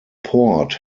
port